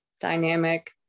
dynamic